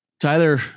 Tyler